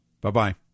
bye-bye